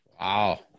Wow